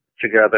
together